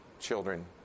children